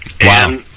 Wow